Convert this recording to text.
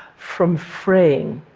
from fraying,